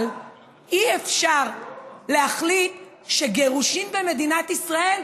אבל אי-אפשר להחליט שגירושין במדינת ישראל,